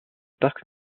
parc